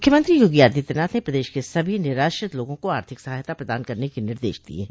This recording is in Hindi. मुख्यमंत्री योगी आदित्यनाथ ने प्रदेश के सभी निराश्रित लोगों को आर्थिक सहायता प्रदान करने के निर्देश दिये हैं